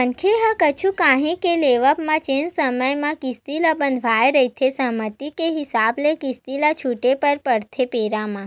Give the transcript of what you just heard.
मनखे ह कुछु काही के लेवब म जेन समे म किस्ती ल बंधवाय रहिथे सहमति के हिसाब ले किस्ती ल छूटे बर परथे बेरा म